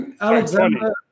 Alexander